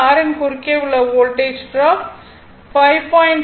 r யின் குறுக்கே உள்ள வோல்டேஜ் ட்ராப் 5